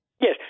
Yes